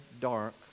dark